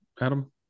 Adam